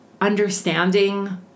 understanding